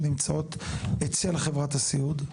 שנמצאות אצל חברת הסיעוד?